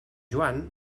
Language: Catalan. joan